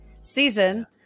season